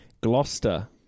Gloucester